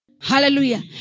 Hallelujah